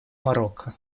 марокко